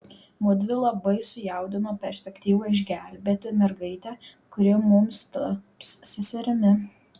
mudvi labai sujaudino perspektyva išgelbėti mergaitę kuri mums taps seserimi